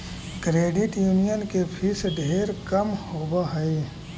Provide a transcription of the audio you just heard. credit union के fees ढेर कम होब हई